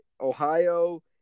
Ohio